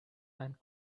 and